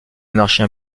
monarchie